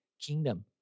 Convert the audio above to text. kingdom